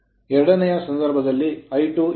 ಎರಡನೆಯ ಸಂದರ್ಭದಲ್ಲಿ I2 18